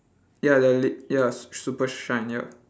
ya the lid ya su~ super shine yup